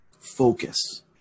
focus